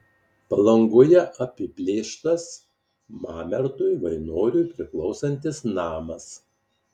palangoje apiplėštas mamertui vainoriui priklausantis namas